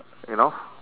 you know